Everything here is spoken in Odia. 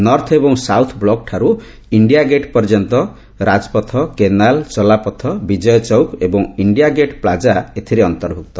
ନର୍ଥ ଏବଂ ସାଉଥ୍ ବ୍ଲକ୍ଠାରୁ ଇଣ୍ଡିଆ ଗେଟ୍ ପର୍ଯ୍ୟନ୍ତ ରାଜପଥ କେନାଲ୍ ଚଲାପଥ ବିଜୟଚୌକ୍ ଏବଂ ଇଣ୍ଡିଆ ଗେଟ୍ ପ୍ଲାଜା ଏଥିରେ ଅନ୍ତର୍ଭୁକ୍ତ